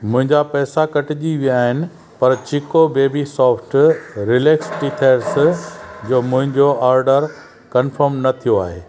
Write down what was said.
मुंहिंजा पैसा कटिजी विया आहिनि पर Chicco baby soft relax teethers जो मुंहिंजो ऑडर कन्फम न थियो आहे